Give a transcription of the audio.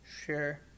Sure